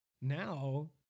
now